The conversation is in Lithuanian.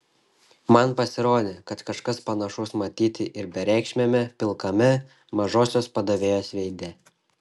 man pasirodė kad kažkas panašaus matyti ir bereikšmiame pilkame mažosios padavėjos veide